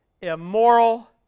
immoral